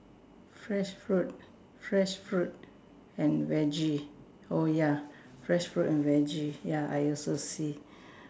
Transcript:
fresh fruit fresh fruit and Veggie oh ya fresh fruit and Veggie ya I also see